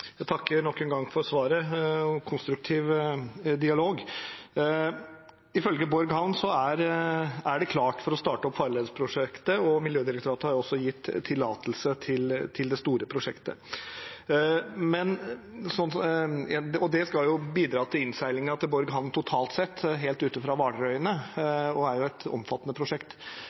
Jeg takker nok en gang for svaret og for en konstruktiv dialog. Ifølge Borg havn er det klart for å starte opp farledsprosjektet, og Miljødirektoratet har også gitt tillatelse til det store prosjektet. Det skal bidra til innseilingen til Borg havn totalt sett, helt ute fra Hvaler-øyene, og er et omfattende prosjekt.